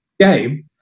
game